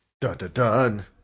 Dun-dun-dun